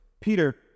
Peter